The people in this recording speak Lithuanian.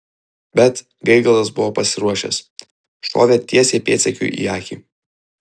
bet gaigalas buvo pasiruošęs šovė tiesiai pėdsekiui į akį